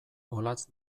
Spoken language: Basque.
olatz